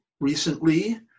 recently